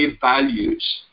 values